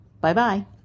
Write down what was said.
Bye-bye